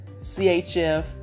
CHF